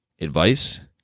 advice